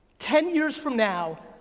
ten years from now,